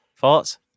thoughts